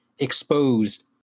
Exposed